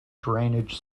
drainage